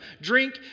Drink